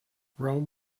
rome